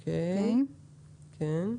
3)